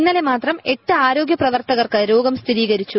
ഇന്നലെ മാത്രം എട്ട് ആരോഗ്യപ്രവർത്തകർക്ക് രോഗം സ്ഥിരീകരിച്ചു